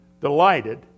delighted